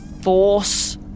force